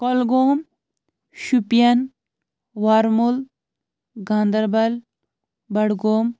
کوٚلہٕ گوٗم Shopian Baramulla Ganderbal Budgam